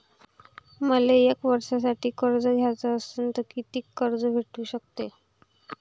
मले एक वर्षासाठी कर्ज घ्याचं असनं त कितीक कर्ज भेटू शकते?